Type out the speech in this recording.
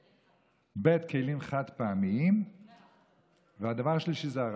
2. כלים חד-פעמיים, 3. הרב-קו.